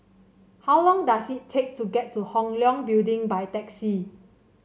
how long does it take to get to Hong Leong Building by taxi